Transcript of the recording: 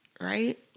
right